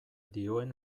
dioen